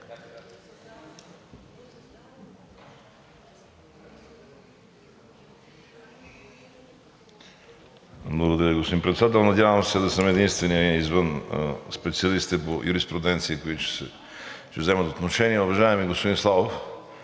Благодаря, господин Председател. Надявам се да съм единственият извън специалистите по юриспруденция, които ще вземат отношение. Уважаеми господин Славов,